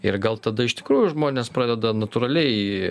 ir gal tada iš tikrųjų žmonės pradeda natūraliai